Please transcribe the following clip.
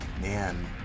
man